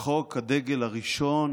כחוק הדגל הראשון